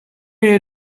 you